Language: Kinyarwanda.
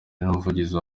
n’umuvugizi